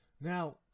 Now